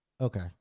Okay